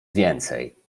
więcej